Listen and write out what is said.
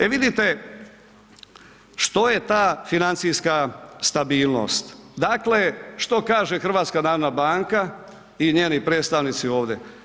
E vidite što je ta financijska stabilnost, dakle što kaže HNB i njeni predstavnici ovdje?